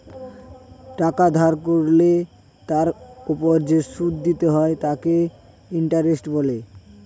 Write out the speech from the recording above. টাকা ধার করলে তার ওপর যে সুদ দিতে হয় তাকে ইন্টারেস্ট বলে